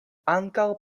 ankaŭ